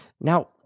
Now